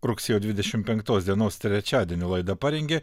rugsėjo dvidešim penktos dienos trečiadienio laidą parengė